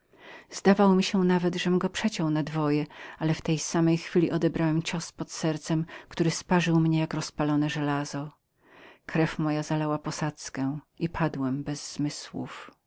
zdawało mi się nawet żem go przeszył na wylot ale w tej samej chwili odebrałem uderzenie nad sercem które sparzyło mnie jak gdyby rozpalone żelazo krew moja zalała posadzkę i padłem bez zmysłów